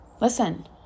Listen